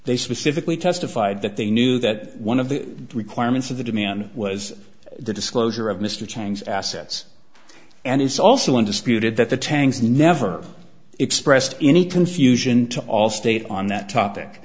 they specifically testified that they knew that one of the requirements of the demand was the disclosure of mr chang's assets and it's also one disputed that the tangs never expressed any confusion to all state on that topic